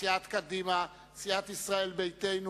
סיעת קדימה, סיעת ישראל ביתנו,